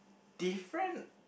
different